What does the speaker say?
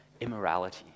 immorality